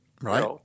right